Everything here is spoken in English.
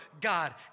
God